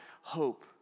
hope